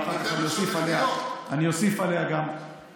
ואחר כך אוסיף עליה גם ממני.